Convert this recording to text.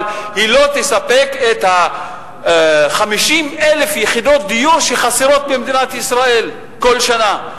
אבל היא לא תספק את 50,000 יחידות הדיור שחסרות במדינת ישראל כל שנה.